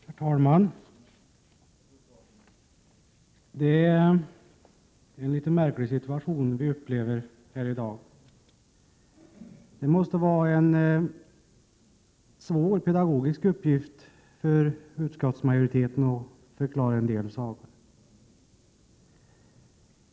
Herr talman! Det är en litet märklig situation vi upplever här i dag. Det måste vara en svår pedagogisk uppgift för utskottsmajoriteten att förklara en del saker.